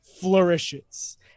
flourishes